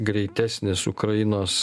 greitesnis ukrainos